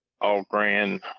all-grand